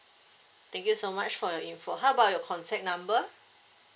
thank you so much for your info how about your contact number